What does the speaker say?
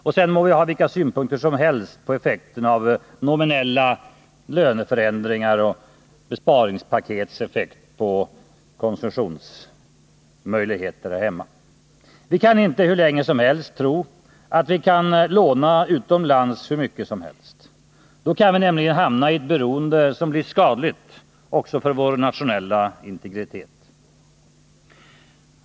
Och sedan må vi ha vilka synpunkter som helst på effekten av nominella löneförändringar och besparingspakets effekt på konsumtionsmöjligheter här hemma. Vi kan inte hur länge som helst tro att vi kan låna utomlands hur mycket som helst. Då kan vi nämligen hamna i ett beroende som blir skadligt också för vår nationella integritet.